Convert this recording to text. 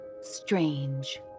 strange